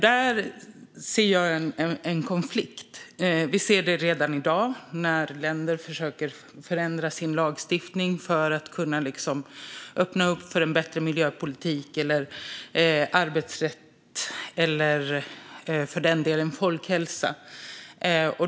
Där ser jag en konflikt redan i dag när länder försöker förändra sin lagstiftning för att öppna för en bättre miljöpolitik, arbetsrätt eller för den delen folkhälsa.